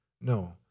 No